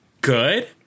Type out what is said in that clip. good